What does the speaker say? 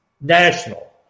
national